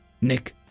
Nick